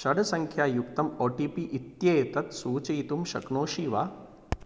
षड् सङ्ख्यायुक्तम् ओटीपी इत्येतत् सूचयितुं शक्नोषि वा